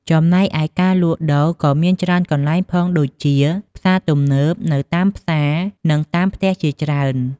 ចំណែកឯការលក់ដូរក៏មានច្រើនកន្លែងផងដូចជា ផ្សារទំនើប នៅតាមផ្សារ និងតាមផ្ទះជាច្រើន។